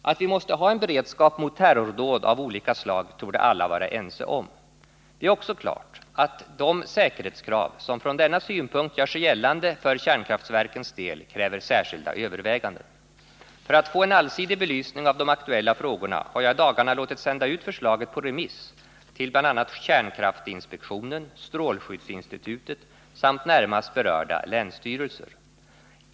Att vi måste ha en beredskap mot terrordåd av olika slag torde alla vara ense om. Det är också klart att de säkerhetskrav som från denna synpunkt gör sig gällande för kärnkraftverkens del kräver särskilda överväganden. För att få en allsidig belysning av de aktuella frågorna har jag i dagarna låtit sända ut förslaget på remiss till bl.a. kärnkraftinspektionen, strålskyddsinstitutet samt närmast berörda länsstyrelser.